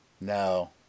No